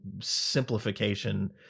simplification